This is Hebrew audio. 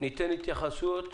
ניתן התייחסויות,